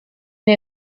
den